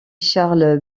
charles